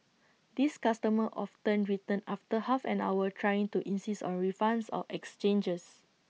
these customers often return after half an hour trying to insist on refunds or exchanges